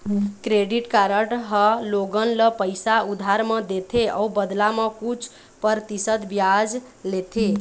credit card ह लोगन ल पइसा उधार म देथे अउ बदला म कुछ परतिसत बियाज लेथे